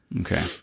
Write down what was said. Okay